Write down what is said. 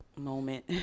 moment